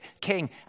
king